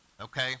Okay